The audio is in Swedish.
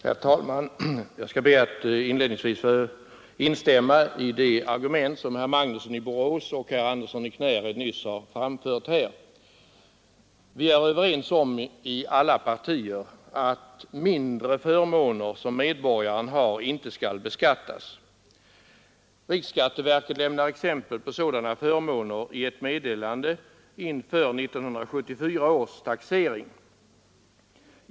Herr talman! Jag skall be att inledningsvis få instämma i de argument som herr Magnusson i Borås och herr Andersson i Knäred nyss har framfört. Vi är i alla partier överens om att mindre förmåner som medborgarna har inte skall beskattas. Riksskatteverket lämnar exempel på sådana förmåner i ett meddelande inför 1974 års taxering.